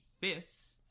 fifth